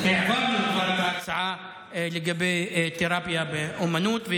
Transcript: כבר העברנו את ההצעה לגבי תרפיה באומנות,